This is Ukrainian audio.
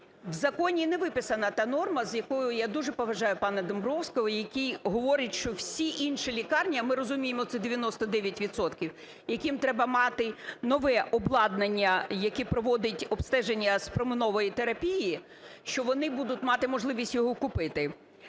в законі не виписана та норма, з якою... Я дуже поважаю пана Домбровського, який говорить, що всі інші лікарні, а ми розуміємо, це 99 відсотків, яким треба мати нове обладнання, яке проводить обстеження з променевої терапії, що вони будуть мати можливість його купити.